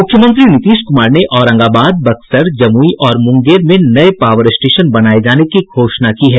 मुख्यमंत्री नीतीश कुमार ने औरंगाबाद बक्सर जमुई और मुंगेर नये पावर स्टेशन बनाये जाने की घोषणा की है